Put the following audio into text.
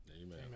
Amen